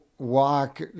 Walk